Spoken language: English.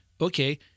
Okay